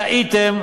טעיתם,